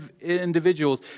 individuals